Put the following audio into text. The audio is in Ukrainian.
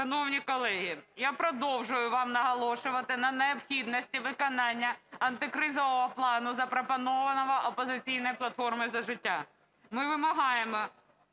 Шановні колеги, я продовжую вам наголошувати на необхідності виконання антикризового плану, запропонованого "Опозиційною платформою - За життя". Ми вимагаємо